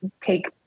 take